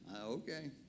Okay